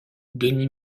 denis